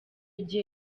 gihe